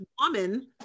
woman